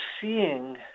seeing